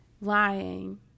lying